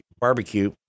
Barbecue